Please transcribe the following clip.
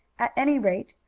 at any rate,